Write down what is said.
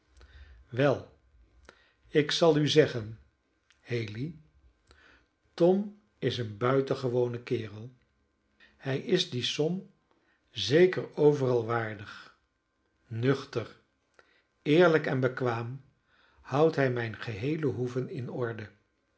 wel ik zal u zeggen haley tom is een buitengewone kerel hij is die som zeker overal waardig nuchter eerlijk en bekwaam houdt hij mijne geheele hoeve in orde